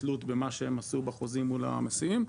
כתלות במה שהם עשו בחוזים מול המסיעים,